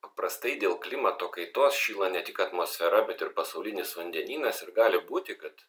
paprastai dėl klimato kaitos šyla ne tik atmosfera bet ir pasaulinis vandenynas ir gali būti kad